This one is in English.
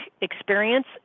experience